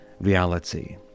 reality